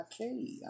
okay